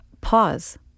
pause